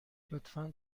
لطفا